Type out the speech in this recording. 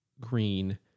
green